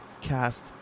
cast